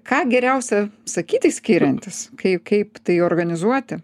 ką geriausia sakyti skiriantis kai kaip tai organizuoti